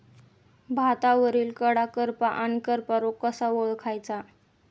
भातावरील कडा करपा आणि करपा रोग कसा ओळखायचा?